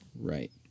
Right